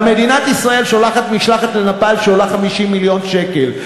אבל מדינת ישראל שולחת לנפאל משלחת שעולה 50 מיליון שקל,